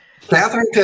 Catherine